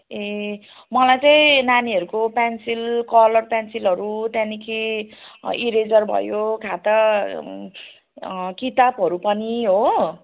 ए मलाई चाहिँ नानीहरूको पेन्सिल कलर पेन्सिलहरू त्यहाँदेखि इरेजर भयो खाता किताबहरू पनि हो